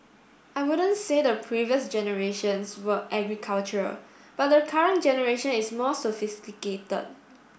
I wouldn't say the previous generations were agricultural but the current generation is more sophisticated